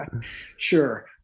Sure